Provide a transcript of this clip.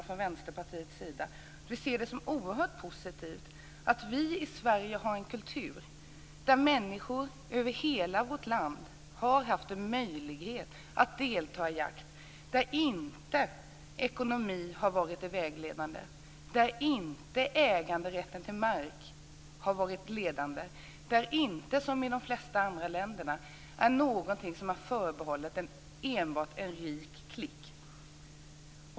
Från Vänsterpartiets sida vill jag betona att vi ser det som oerhört positivt att vi i Sverige har en kultur där människor i hela vårt land har haft en möjlighet att delta i jakt där inte ekonomi har varit det vägledande och där inte äganderätten till mark har varit ledande. I Sverige är inte jakt, som i de flesta andra länder, något som är förbehållet enbart en rik klick.